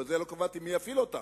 בזה לא קבעתי מי יפעיל אותם.